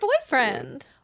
boyfriend